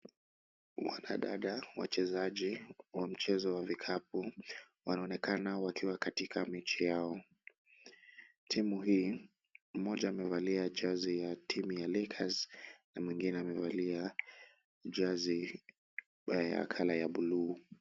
Wanadada wachezaji wa mchezo wa vikapu wanaonekana wakiwa katika mechi yao. Timu hii, mmoja amevalia jezi ya timu ya Lakers na mwingine amevalia jezi ya colour bluu.